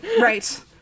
Right